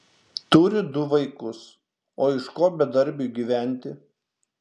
turi du vaikus o iš ko bedarbiui gyventi